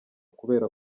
kubera